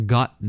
Got